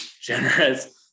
generous